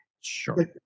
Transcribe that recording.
Sure